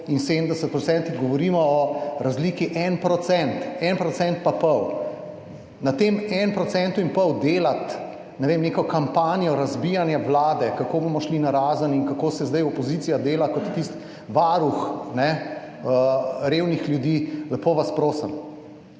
in 70 %, govorimo o razliki 1,5 %. Na tem 1,5 % delati neko kampanjo razbijanja vlade, kako bomo šli narazen in kako se zdaj opozicija dela kot tisti varuh revnih ljudi, lepo vas prosim!